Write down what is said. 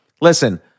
listen